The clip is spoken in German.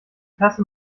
tasse